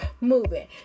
moving